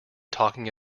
talking